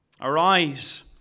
Arise